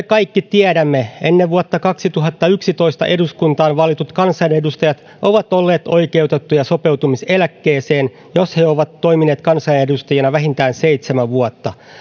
kaikki tiedämme ennen vuotta kaksituhattayksitoista eduskuntaan valitut kansanedustajat ovat olleet oikeutettuja sopeutumiseläkkeeseen jos he ovat toimineet kansanedustajina vähintään seitsemän vuotta